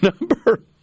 number